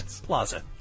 Plaza